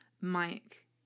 Mike